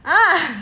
ah